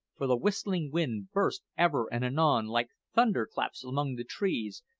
for the whistling wind burst, ever and anon, like thunderclaps among the trees,